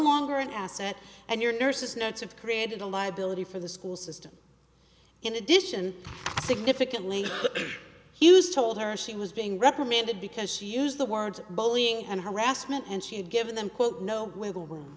longer an asset and your nurse's notes of created a liability for the school system in addition significantly hughes told her she was being reprimanded because she used the words bullying and harassment and she had given them quote no wiggle room